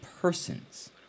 persons